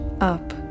up